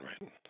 right